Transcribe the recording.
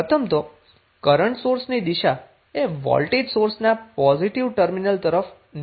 પ્રથમ તો કરન્ટ સોર્સની દિશા એ વોલ્ટેજ સોર્સના પોઝિટીવ ટર્મિનલ તરફ નિર્દેશિત થાય છે